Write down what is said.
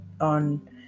on